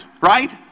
right